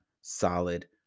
solid